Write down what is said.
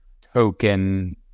token